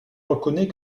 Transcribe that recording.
reconnaît